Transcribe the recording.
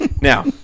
Now